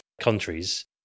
countries